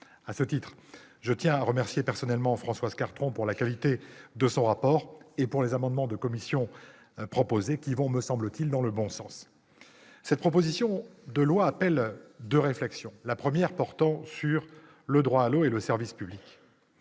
À ce titre, je tiens à remercier personnellement Françoise Cartron de la qualité de son rapport et des amendements proposés par la commission, qui vont, me semble-t-il, dans le bon sens. La présente proposition de loi appelle deux réflexions. La première porte sur le droit à l'eau et le service public.